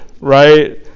right